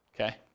okay